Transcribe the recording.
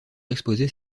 exposer